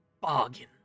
Bargain